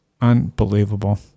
Unbelievable